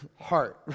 heart